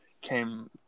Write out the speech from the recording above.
came